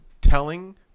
telling